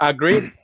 Agreed